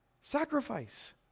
sacrifice